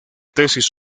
tesis